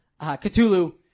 Cthulhu